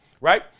right